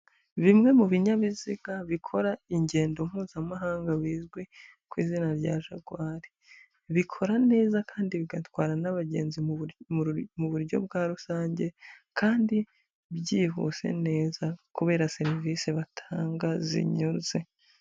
Bimwe mu binyabiziga bikora ingendo mpuzamahanga bizwi ku izina rya Jaguar, bikora neza kandi bigatwara n'abagenzi mu buryo bwa rusange, kandi byihuse neza kubera serivisi batanga zinoze.